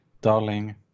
darling